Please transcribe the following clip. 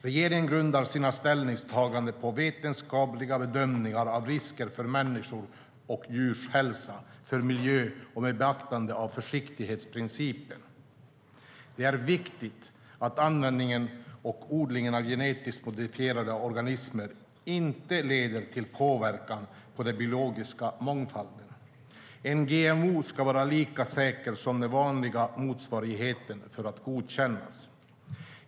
Regeringen grundar sina ställningstaganden på vetenskapliga bedömningar av risker för människors och djurs hälsa, för miljön och med beaktande av försiktighetsprincipen. Det är viktigt att användningen och odlingen av genetiskt modifierade organismer inte leder till påverkan på den biologiska mångfalden. En GMO ska vara lika säker som den vanliga motsvarigheten för att godkännas.